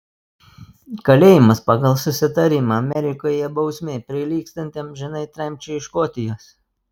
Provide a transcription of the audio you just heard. kalėjimas pagal susitarimą amerikoje bausmė prilygstanti amžinai tremčiai iš škotijos